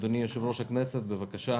אדוני, יושב-ראש הכנסת, בבקשה.